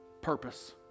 purpose